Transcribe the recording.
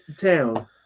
town